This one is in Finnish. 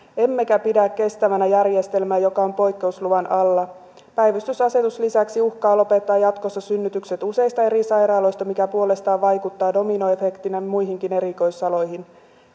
emmekä pidä kestävänä järjestelmää joka on poikkeusluvan alla päivystysasetus lisäksi uhkaa lopettaa jatkossa synnytykset useista eri sairaaloista mikä puolestaan vaikuttaa dominoefektinä muihinkin erikoisaloihin